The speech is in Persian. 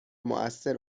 موثر